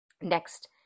next